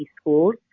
schools